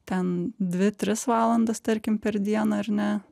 ten dvi tris valandas tarkim per dieną ar ne